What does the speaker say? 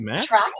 track